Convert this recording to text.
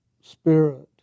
spirit